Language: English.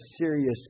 serious